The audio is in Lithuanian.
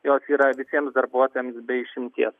jos yra visiems darbuotojams be išimties